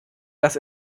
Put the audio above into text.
dass